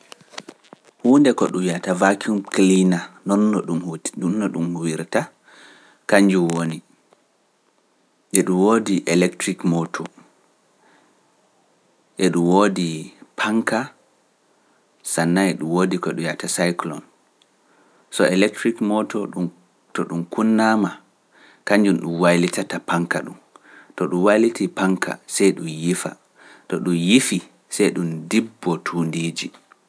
Huunde ko ɗum wiyata vacuum kilina, noon no ɗum huwirta, kañjum woni eɗum woodi electric motor, eɗum woodi panka, kañjum waylitata paŋka ɗum, to ɗum waylitii paŋka, sey ɗum yifa, to ɗum yifi, sey ɗum dibboo tuundiiji.